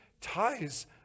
ties